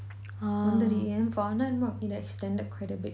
வந்துடு:vanthudi for that mark we stand up quite a bit